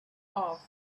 off